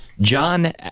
John